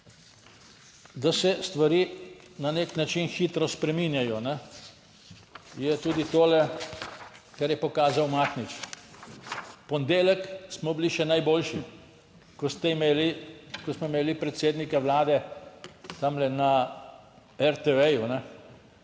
da se stvari na nek način hitro spreminjajo je tudi tole, kar je pokazal Mahnič. V ponedeljek smo bili še najboljši, ko ste imeli, ko smo imeli predsednika Vlade, tamle na RTV-ju